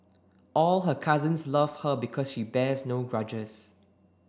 all her cousins love her because she bears no grudges